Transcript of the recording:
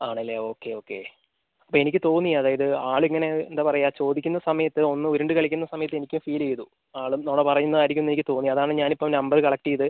ആണല്ലേ okay okay അപ്പം എനിക്ക് തോന്നി അതായത് ആൾ ഇങ്ങനെ എന്താണ് പറയുക ചോദിക്കുന്ന സമയത്ത് ഒന്ന് ഉരുണ്ട് കളിക്കുന്ന സമയത്ത് എനിക്കും ഫീൽ ചെയ്തു ആൾ നുണ പറയുന്നത് ആയിരിക്കും എന്ന് എനിക്ക് തോന്നി അതാണ് ഞാൻ ഇപ്പം നമ്പർ കളക്റ്റ് ചെയ്ത്